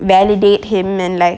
validate him and like